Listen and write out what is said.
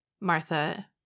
Martha